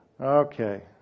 Okay